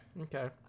okay